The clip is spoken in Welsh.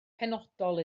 penodol